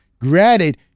granted